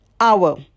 hour